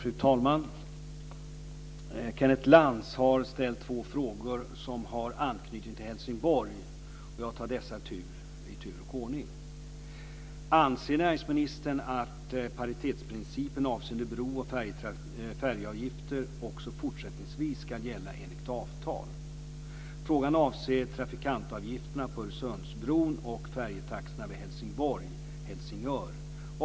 Fru talman! Kenneth Lantz har ställt två frågor som har anknytning till Helsingborg. Jag tar dessa i tur och ordning: Anser näringsministern att paritetsprincipen avseende bro och färjeavgifter också fortsättningsvis ska gälla enligt avtal? Frågan avser trafikantavgifterna på Öresundsbron och färjetaxorna vid Helsingborg-Helsingör.